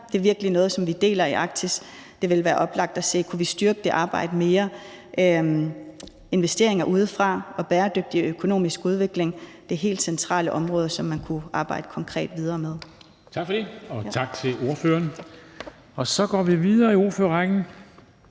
Det er virkelig noget, som vi deler i Arktis, og det ville være oplagt at se på, om vi kunne styrke det arbejde mere. Investeringer udefra og en bæredygtig økonomisk udvikling er helt centrale områder, som man kunne arbejde konkret videre med. Kl. 20:30 Formanden (Henrik Dam Kristensen): Tak for det, og tak til ordføreren.